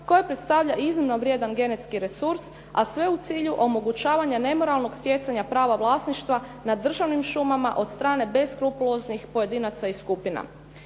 koje predstavlja iznimno vrijedan genetski resurs a sve u cilju omogućavanja nemoralnog stjecanja prava vlasništva nad državnim šumama od strane beskrupuloznih pojedinaca i skupina.